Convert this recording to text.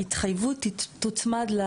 שההתחייבות תוצמד,